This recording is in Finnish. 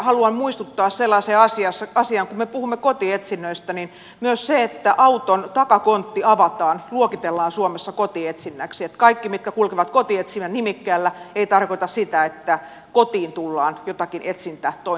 haluan muistuttaa sellaisesta asiasta että kun me puhumme kotietsinnöistä myös se että auton takakontti avataan luokitellaan suomessa kotietsinnäksi niin että kaikki mitkä kulkevat kotietsinnän nimikkeellä eivät tarkoita sitä että kotiin tullaan jotakin etsintätointa tekemään